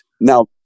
Now